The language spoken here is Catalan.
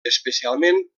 especialment